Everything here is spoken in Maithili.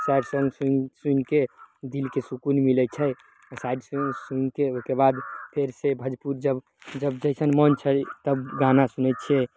सैड सॉंग सुनि सुनिके दिलके सुकुन मिलै छै तऽ सैड सॉंग सुनिके ओइकेबाद फेर से भजपुर जब जब जइसन मोन छै तब गाना सुनय छिअय